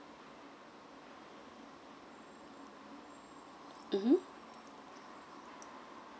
mmhmm